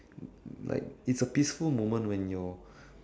like it's a peaceful moment when your